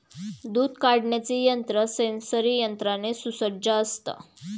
दूध काढण्याचे यंत्र सेंसरी यंत्राने सुसज्ज असतं